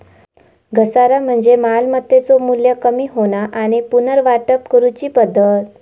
घसारा म्हणजे मालमत्तेचो मू्ल्य कमी होणा आणि पुनर्वाटप करूची पद्धत